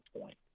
point